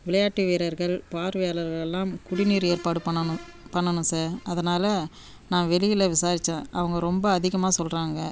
விளையாட்டு வீரர்கள் பார்வையாளர்கள்லாம் குடிநீர் ஏற்பாடு பண்ணணும் பண்ணணும் சார் அதனால் நான் வெளியில் விசாரித்தேன் அவங்க ரொம்ப அதிகமாக சொல்கிறாங்க